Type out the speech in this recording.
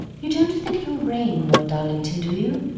you don't think it will rain, lord darlington, do you?